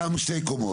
גם שתי קומות?